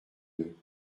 deux